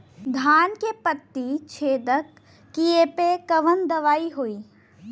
धान के पत्ती छेदक कियेपे कवन दवाई होई?